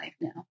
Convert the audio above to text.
now